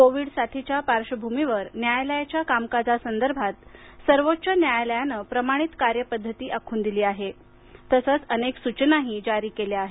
Covid साथीच्या पार्श्वभूमीवर न्यायालयाच्या कामकाजासंदर्भात सर्वोच्च न्यायालयानं प्रमाणित कार्यपद्धती आखून दिली आहे तसंच अनेक सूचनाही जारी केल्या आहेत